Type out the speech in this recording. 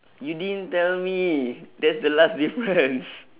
you didn't tell me that's the last difference